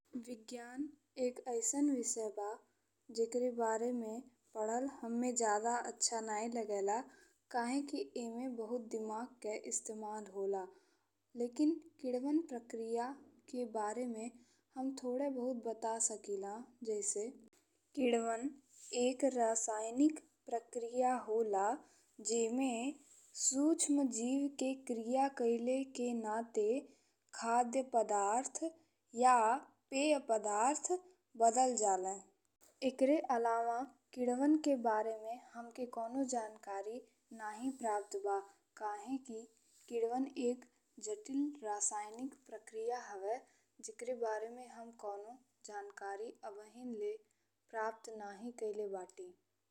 विज्ञान एक अइसन विषय बा जेकरे बारे में पढ़ल हम्मे जादा अच्छा नहीं लागेला काहेकि एमे बहुत दिमाग के इस्तेमाल होला। लेकिन किण्वन प्रक्रिया के बारे में हम थोड़े बहुत बता सकिला जैसे किण्वन एक रासायनिक प्रक्रिया होला जेमे सूक्ष्म जीव के क्रिया कइले के नाते खाद्य पदार्थ या पेय पदार्थ बदल जाले। एकरे अलावा किण्वन के बारे में हमके कौनो जानकारी नहीं प्राप्त बा काहेकि किण्वन एक जटिल रासायनिक प्रक्रिया हवे जेकर बारे में हम कौनो जानकारी अबहीं ले प्राप्त नहीं कइले बानी।